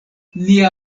nia